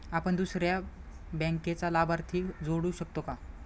आपण दुसऱ्या बँकेचा लाभार्थी जोडू शकतो का?